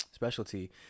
specialty